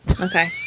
Okay